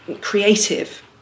creative